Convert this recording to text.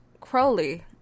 Crowley